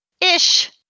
Ish